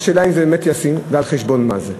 השאלה אם זה באמת ישים ועל חשבון מה זה.